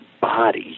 body